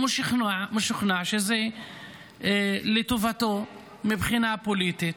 הוא משוכנע שזה לטובתו מבחינה פוליטית,